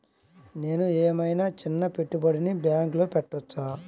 నేను ఏమయినా చిన్న పెట్టుబడిని బ్యాంక్లో పెట్టచ్చా?